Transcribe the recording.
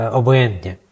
obojętnie